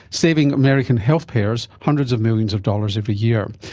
saving american health payers hundreds of millions of dollars every year.